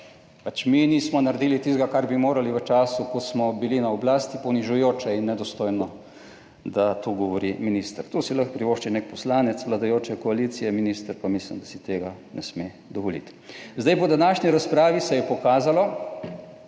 pač, mi nismo naredili tistega, kar bi morali v času, ko smo bili na oblasti, ponižujoče in nedostojno, da to govori minister. To si lahko privošči nek poslanec vladajoče koalicije, minister pa mislim, da si tega ne sme dovoliti. Zdaj, po današnji razpravi se je pokazalo,